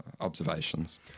observations